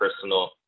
personal